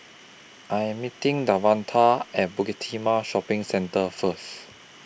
I Am meeting Davonta At Bukit Timah Shopping Centre First